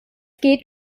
geht